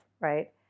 right